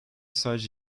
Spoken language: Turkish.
sadece